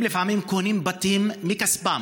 הם לפעמים קונים בתים מכספם,